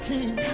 King